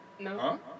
No